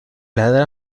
hada